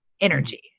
energy